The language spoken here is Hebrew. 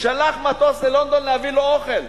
שלח מטוס ללונדון להביא לו אוכל.